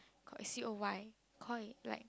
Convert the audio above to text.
coy C O Y coy like